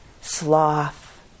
sloth